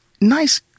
nice